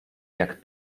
jak